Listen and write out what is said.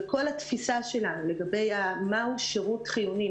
כל התפיסה שלנו לגבי מה הוא שירות חיוני,